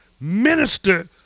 Minister